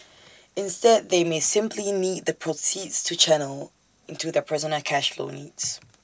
instead they may simply need the proceeds to channel into their personal cash flow needs